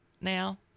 now